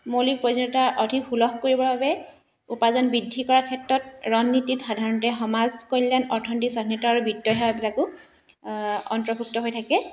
মৌলিক প্ৰয়োজনীয়তা অধিক সুলভ কৰিবৰ বাবে উপাৰ্জন বৃদ্ধি কৰাৰ ক্ষেত্ৰত ৰণনীতিত সাধাৰণতে সমাজ কল্যাণ অৰ্থনীতি স্বাধীনতা আৰু বিত্তীয় সেৱাবিলাকো অন্তৰ্ভূক্ত হৈ থাকে